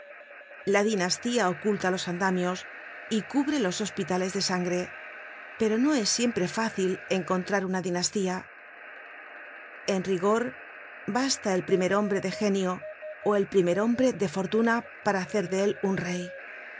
la dinastía oculta los andamios y cubre los hospitales de sangre pero no es siempre fácil encontrar una dinastía en rigor basta el primer hombre de genio ó el primer hombre de fortuna para hacer de él un rey